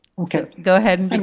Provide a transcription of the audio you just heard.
okay, go ahead. and and